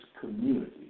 community